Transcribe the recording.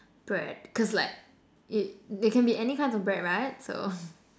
bread cause like it they can be any kinds of bread right so